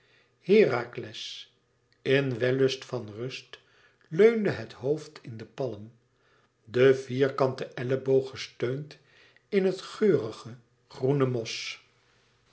herakles in wellust van ruste leunde het hoofd in de palm den vierkanten elboog gesteund in het geurige groene mos